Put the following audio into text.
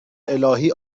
الهی